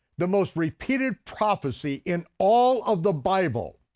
the most repeated prophecy in all of the bible.